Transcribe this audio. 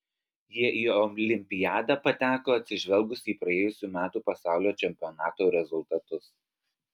jie į olimpiadą pateko atsižvelgus į praėjusių metų pasaulio čempionato rezultatus